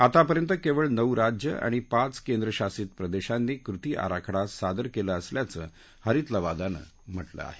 आतापर्यंत केवळ नऊ राज्य आणि पाच केंद्रशासित प्रदेशांनी कृती आराखडा सादर केले असल्याचं हरीत लवादानं म्हटलं आहे